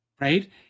right